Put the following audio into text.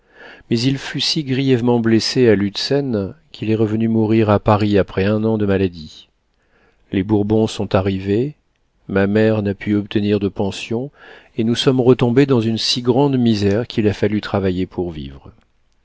mais il fut si grièvement blessé à lutzen qu'il est revenu mourir à paris après un an de maladie les bourbons sont arrivés ma mère n'a pu obtenir de pension et nous sommes retombées dans une si grande misère qu'il a fallu travailler pour vivre